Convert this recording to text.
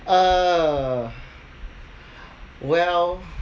uh well